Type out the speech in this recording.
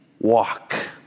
walk